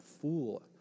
fool